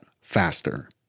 faster